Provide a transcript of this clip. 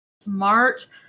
smart